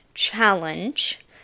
challenge